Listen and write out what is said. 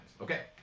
Okay